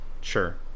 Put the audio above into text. sure